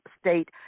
state